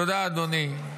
תודה, אדוני.